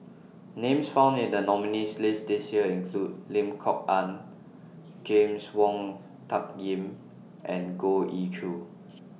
Names found in The nominees' list This Year include Lim Kok Ann James Wong Tuck Yim and Goh Ee Choo